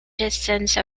distance